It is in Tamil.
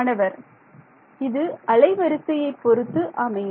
மாணவர் இது அலைவரிசையை பொருத்து அமையும்